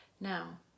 Now